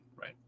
right